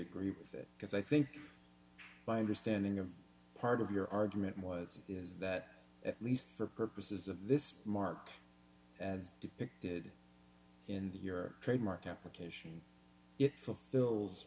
agree with it because i think my understanding of part of your argument was is that at least for purposes of this mark as depicted in your trademark application